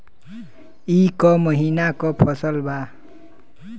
ई क महिना क फसल बा?